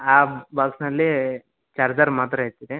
ಆ ಬಾಕ್ಸ್ನಲ್ಲಿ ಚಾರ್ಜರ್ ಮಾತ್ರ ಇರ್ತದೆ